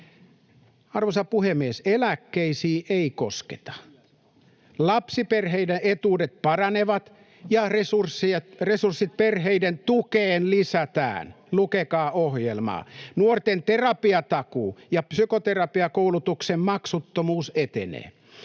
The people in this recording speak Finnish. Arvoisa puhemies! Eläkkeisiin ei kosketa. Lapsiperheiden etuudet paranevat ja resursseja perheiden tukeen lisätään — lukekaa ohjelmaa. Nuorten terapiatakuu ja psykoterapiakoulutuksen maksuttomuus etenevät.